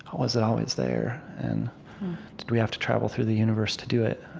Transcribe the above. was it always there? and did we have to travel through the universe to do it?